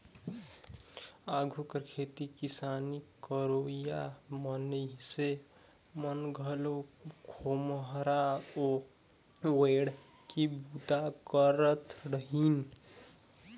आघु कर खेती किसानी करोइया मइनसे मन घलो खोम्हरा ओएढ़ के बूता करत रहिन